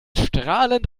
strahlend